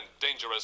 dangerous